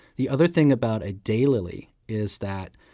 the other thing about a daylily is that